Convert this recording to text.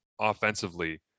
offensively